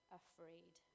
afraid